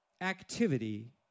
activity